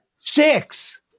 Six